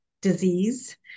disease